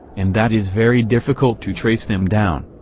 and that is very difficult to trace them down.